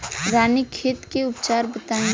रानीखेत के उपचार बताई?